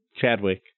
Chadwick